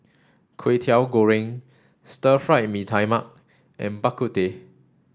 Kway Teow Goreng Stir Fry Mee Tai Mak and Bak Kut Teh